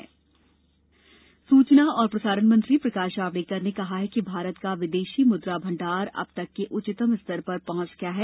विदेशी मुद्रा भंडार सूचना और प्रसारण मंत्री प्रकाश जावड़ेकर ने कहा है कि भारत का विदेशी मुद्रा भंडार अब तक के उच्चतम स्तर पर पहुंच गया है